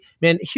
man